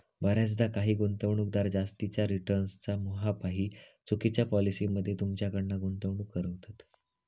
बऱ्याचदा काही गुंतवणूकदार जास्तीच्या रिटर्न्सच्या मोहापायी चुकिच्या पॉलिसी मध्ये तुमच्याकडना गुंतवणूक करवतत